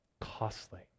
costly